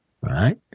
right